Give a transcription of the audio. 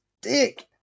dick